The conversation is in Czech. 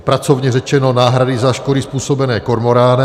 Pracovně řečeno náhrady za škody způsobené kormoránem.